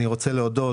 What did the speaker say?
אני רוצה להודות